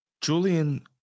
Julian